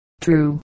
True